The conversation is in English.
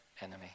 enemy